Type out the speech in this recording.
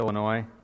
Illinois